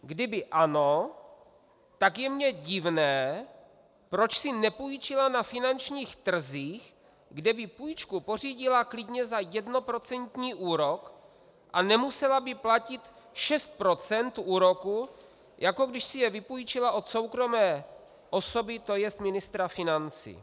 Kdyby ano, tak je mi divné, proč si nepůjčila na finančních trzích, kde by půjčku pořídila klidně za jednoprocentní úrok a nemusela by platit 6 % úroku, jako když si je vypůjčila od soukromé osoby, to jest ministra financí.